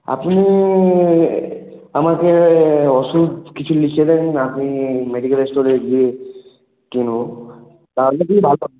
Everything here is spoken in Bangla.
আপনি আমাকে ওষুধ কিছু লিখে দেন আপনি মেডিকেল স্টোরে গিয়ে কিনবো তাহলে কি